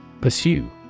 Pursue